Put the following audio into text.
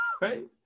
right